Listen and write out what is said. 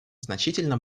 значительно